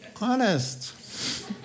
Honest